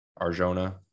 Arjona